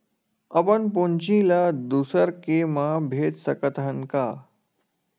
अपन पूंजी ला दुसर के मा भेज सकत हन का?